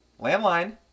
Landline